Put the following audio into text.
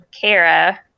Kara